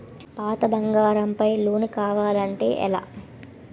పాత బంగారం పై లోన్ కావాలి అంటే ఎలా?